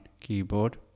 keyboard